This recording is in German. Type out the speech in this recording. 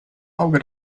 auge